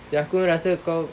aku rasa kau